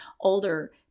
older